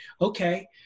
Okay